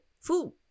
food